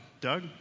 Doug